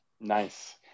nice